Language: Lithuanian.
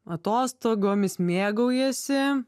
atostogomis mėgaujasi